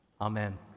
Amen